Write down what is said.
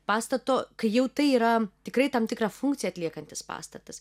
pastato kai jau tai yra tikrai tam tikrą funkciją atliekantis pastatas